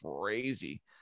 crazy